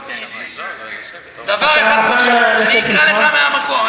לשבת פה ולהגיד, שב במקומך.